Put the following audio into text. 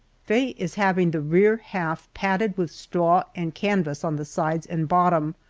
faye is having the rear half padded with straw and canvas on the sides and bottom,